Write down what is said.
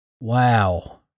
Wow